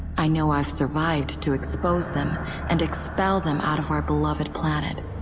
i know i've survived to expose them and expel them out of our beloved planet.